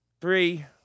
three